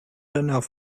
enough